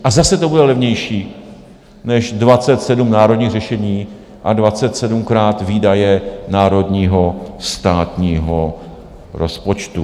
A zase to bude levnější než 27 národních řešení a 27krát výdaje národního státního rozpočtu.